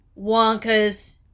Wonka's